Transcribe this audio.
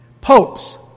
Popes